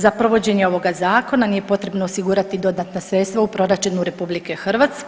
Za provođenje ovoga zakona nije potrebno osigurati dodatna sredstva u proračunu RH.